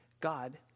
God